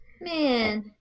Man